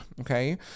Okay